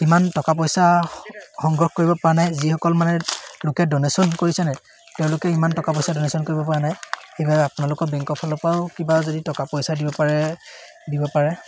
ইমান টকা পইচা সংগ্ৰহ কৰিব পৰা নাই যিসকল মানে লোকে ডনেশ্যন কৰিছেনে তেওঁলোকে ইমান টকা পইচা ডনেশ্যন কৰিব পৰা নাই সেইবাবে আপোনালোকৰ বেংকৰ ফালৰপৰাও কিবা যদি টকা পইচা দিব পাৰে দিব পাৰে